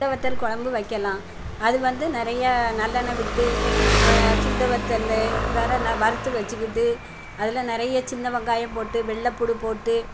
சுண்டை வற்றல் கொழம்பு வைக்கலாம் அது வந்து நிறையா நல்லெண்ணை விட்டு சுண்டை வற்றலு வேறு நா வறுத்து வைச்சுக்கிட்டு அதில் நிறைய சின்ன வெங்காயம் போட்டு வெள்ளைப்புண்டு போட்டு